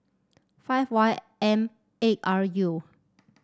five Y M eight R U